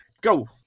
Go